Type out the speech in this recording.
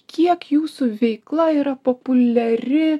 kiek jūsų veikla yra populiari